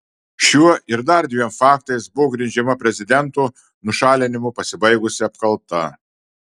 šiuo ir dar dviem faktais buvo grindžiama prezidento nušalinimu pasibaigusi apkalta